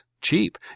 cheap